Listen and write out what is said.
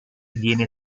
viene